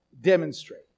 Demonstrate